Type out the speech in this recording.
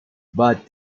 but